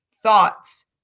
Thoughts